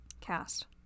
Cast